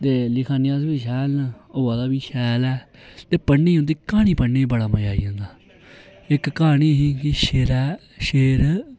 ते लिखा ने अस बी शैल ना अबा दी बी शैल ऐ ते पढ़ने च उंदी क्हानी पढ़ने च बड़ा मजा आई जंदा इक क्हानी ही के शेरे शैर